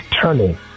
turning